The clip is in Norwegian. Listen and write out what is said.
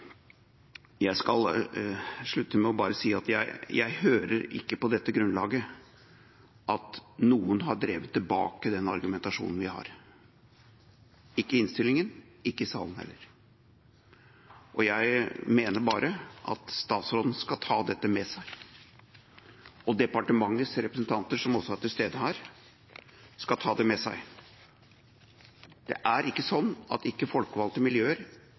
Jeg vil avslutte med bare å si at jeg hører ikke på dette grunnlaget at noen har drevet tilbake den argumentasjonen vi har – ikke i innstillinga og heller ikke i salen. Jeg mener bare at statsråden skal ta dette med seg. Og departementets representanter, som også er til stede her, skal ta det med seg. Det er ikke slik at folkevalgte miljøer